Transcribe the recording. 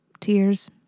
Tears